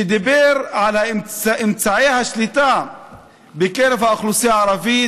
דיבר על אמצעי השליטה בקרב האוכלוסייה הערבית,